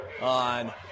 on